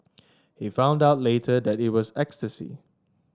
he found out later that it was ecstasy